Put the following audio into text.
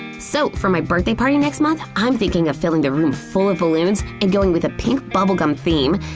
so for my birthday party next month, i'm thinking of filling the room full of balloons and going with a pink bubblegum theme,